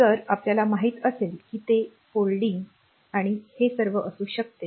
तर जर आपल्याला माहित असेल की ते फोल्डिंग आणि हे सर्व असू शकते